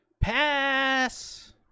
Pass